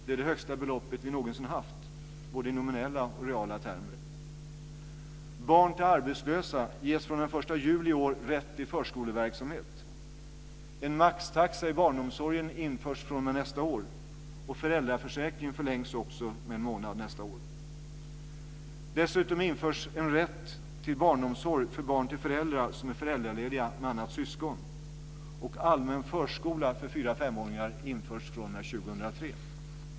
Det är det högsta belopp vi någonsin har haft både i nominella och reala termer. Barn till arbetslösa ges från den 1 juli i år rätt till förskoleverksamhet. En maxtaxa i barnomsorgen införs fr.o.m. nästa år, och föräldraförsäkringen förlängs också med en månad nästa år. Dessutom införs en rätt till barnomsorg för barn till föräldrar som är föräldralediga med annat syskon, och allmän förskola för fyra och femåringar införs med verkan fr.o.m. 2003.